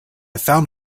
found